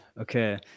okay